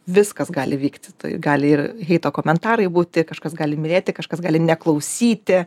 viskas gali vykti tai gali ir heito komentarai būti kažkas gali mylėti kažkas gali neklausyti